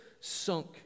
Sunk